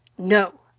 No